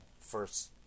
first